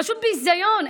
פשוט ביזיון,